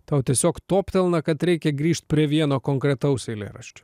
tau tiesiog toptelna kad reikia grįžt prie vieno konkretaus eilėraščio